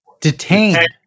Detained